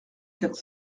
quatre